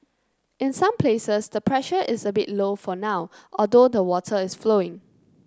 in some places the pressure is a bit low for now although the water is flowing